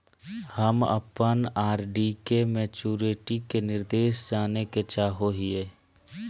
हम अप्पन आर.डी के मैचुरीटी के निर्देश जाने के चाहो हिअइ